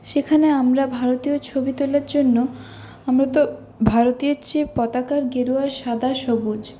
সেখানে আমরা ভারতীয় ছবি তোলার জন্য আমরা তো ভারতীয়ের চেয়ে পতাকার গেরুয়া সাদা সবুজ